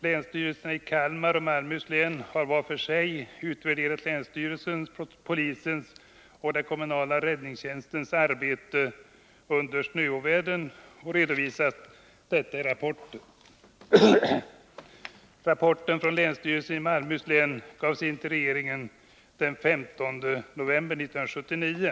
Länsstyrelserna i Kalmar och Malmöhus län har var för sig utvärderat länsstyrelsens, polisens och den kommunala räddningstjänstens arbete under snöovädren och redovisat detta i rapporter. Rapporten från länsstyrelsen i Malmöhus län gavs in till regeringen den 15 november 1979.